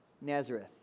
Nazareth